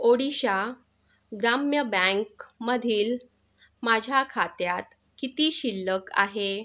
ओडिशा ग्राम्य बँकमधील माझ्या खात्यात किती शिल्लक आहे